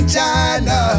China